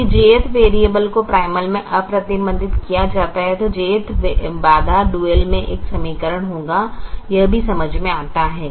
यदि jth variable को primal में अप्रतिबंधित किया जाता है तो jth बाधा डुअल में एक समीकरण होगा यह भी समझ में आता है